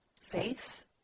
faith